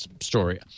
story